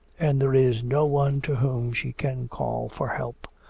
and there is no one to whom she can call for help.